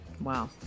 Wow